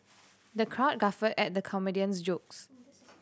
the crowd guffawed at the comedian's jokes